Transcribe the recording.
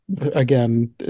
again